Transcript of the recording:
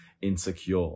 insecure